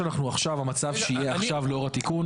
המצב שיהיה לאור התיקון